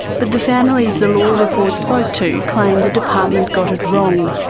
but the families the law report spoke to claimed the department got it wrong,